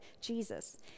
Jesus